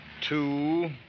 two